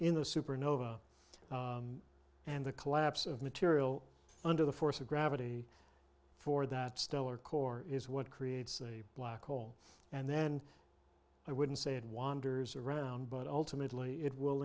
in the supernova and the collapse of material under the force of gravity for that stellar core is what creates a black hole and then i wouldn't say it wanders around but ultimately it will